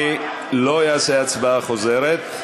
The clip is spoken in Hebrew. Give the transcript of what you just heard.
אני לא אעשה הצבעה חוזרת,